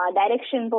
direction